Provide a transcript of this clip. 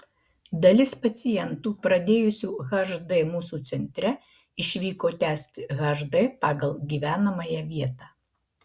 dalis pacientų pradėjusių hd mūsų centre išvyko tęsti hd pagal gyvenamąją vietą